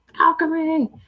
alchemy